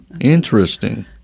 Interesting